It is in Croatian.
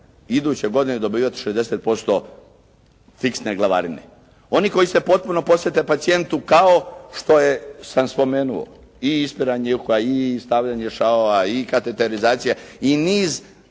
iduće godine dobivati 60% fiksne glavarine. Oni koji se potpuno posvete pacijentu kao što je, sam spomenuo i ispiranje uha i stavljanje šavova i kateterizacija i niz